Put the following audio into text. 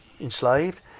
enslaved